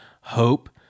hope